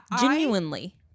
genuinely